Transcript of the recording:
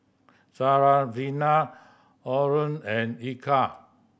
Syarafina Aaron and Eka